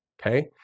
okay